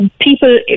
people